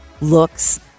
looks